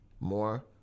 More